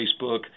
Facebook